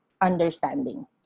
understanding